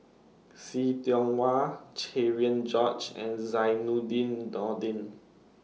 See Tiong Wah Cherian George and Zainudin Nordin